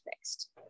fixed